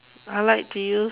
I like to use